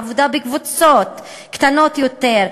עבודה בקבוצות קטנות יותר,